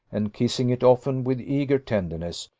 and kissing it often with eager tenderness,